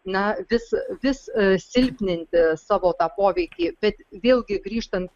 na vis vis silpninti savo tą poveikį bet vėlgi grįžtant